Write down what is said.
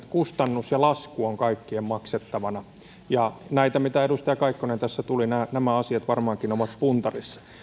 kustannus ja lasku on kaikkien maksettavana ja nämä asiat mitä edustaja kaikkonen tässä mainitsi varmaankin ovat puntarissa